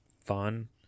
fun